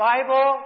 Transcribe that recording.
Bible